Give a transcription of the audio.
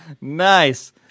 Nice